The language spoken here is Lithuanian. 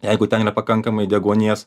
jeigu ten yra pakankamai deguonies